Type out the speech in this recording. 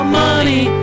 money